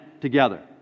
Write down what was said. together